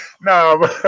No